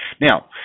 now